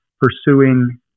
pursuing